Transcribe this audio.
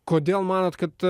kodėl manot kad